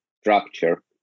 structure